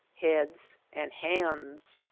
heads, and hands.